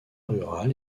rural